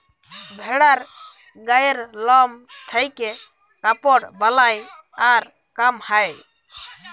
ভেড়ার গায়ের লম থেক্যে কাপড় বালাই আর কাম হ্যয়